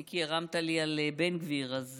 אם הרמת לי על בן גביר, אז